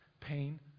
pain